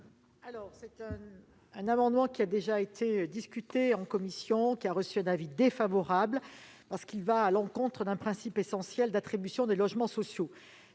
? Cet amendement a déjà été discuté en commission et a reçu un avis défavorable, car il va à l'encontre d'un principe essentiel d'attribution des logements sociaux.